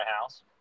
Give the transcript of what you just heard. house